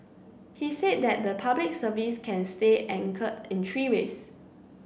he said that the Public Service can stay anchor in three ways